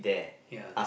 ya